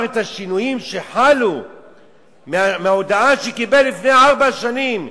את השינויים שחלו מההודעה שקיבל לפני ארבע שנים,